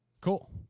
cool